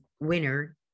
winner